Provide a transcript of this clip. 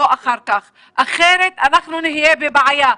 לא אחר כך, אחרת אנחנו נהיה בבעיה.